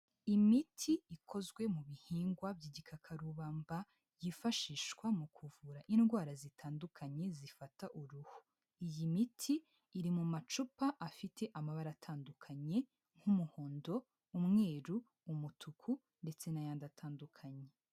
Imiti ikozwe mu bihingwa by'igikakarubamba yifashishwa mu kuvura indwara zitandukanye zifata uruhu, iyi miti iri mu macupa afite amabara atandukanye nk'umuhondo, umweru, umutuku ndetse n'ayandi atandukanye.